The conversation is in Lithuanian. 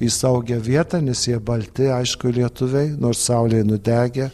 į saugią vietą nes jie balti aišku lietuviai nors saulėj nudegę